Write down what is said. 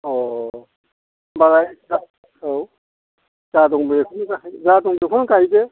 अ होनबालाय औ जा दं बेखौनो गाय जा दं बेखौनो गायदो